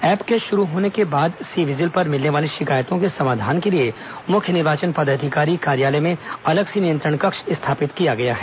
app के शुरू होने के बाद सी विजिल पर मिलने वाली शिकायतों के समाधान के लिए मुख्य निर्वाचन पदाधिकारी कार्यालय में अलग से नियंत्रण कक्ष स्थापित किया गया है